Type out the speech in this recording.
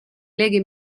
leghe